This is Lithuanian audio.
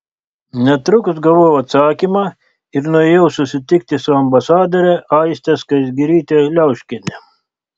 netrukus gavau atsakymą ir nuėjau susitikti su ambasadore aiste skaisgiryte liauškiene